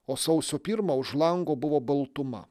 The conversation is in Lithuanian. o sausio pirmą už lango buvo baltuma